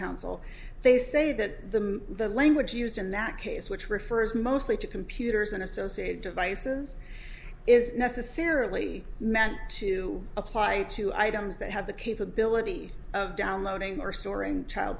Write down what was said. counsel they say that the language used in that case which refers mostly to computers and associated devices is necessarily meant to apply to items that have the capability of downloading or storing child